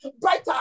brighter